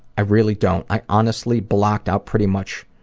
i really don't. i honestly blocked out pretty much